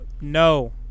no